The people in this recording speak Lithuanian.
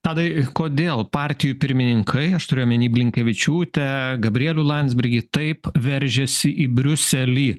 tadai kodėl partijų pirmininkai aš turiu omeny blinkevičiūtę gabrielių landsbergį taip veržiasi į briuselį